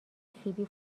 فیبی